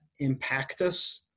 Impactus